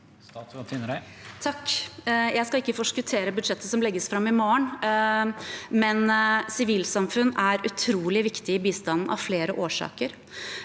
Jeg skal ikke forskuttere budsjettet som leg- ges fram i morgen, men sivilsamfunn er utrolig viktig i bistanden av flere årsaker: